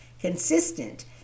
consistent